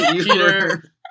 Peter